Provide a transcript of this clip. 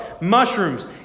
mushrooms